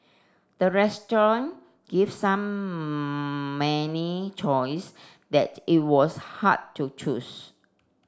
the restaurant gave some many choice that it was hard to choose